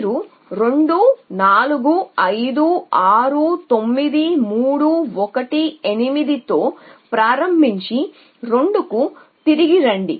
మీరు 2 4 5 6 9 3 1 7 8 తో ప్రారంభించి 2 కి తిరిగి రండి